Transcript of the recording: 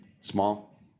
small